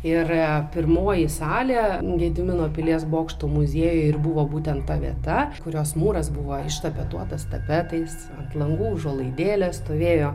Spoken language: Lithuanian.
ir pirmoji salė gedimino pilies bokšto muziejų ir buvo būtent ta vieta kurios mūras buvo ištapetuotas tapetais ant langų užuolaidėlės stovėjo